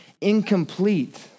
incomplete